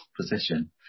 position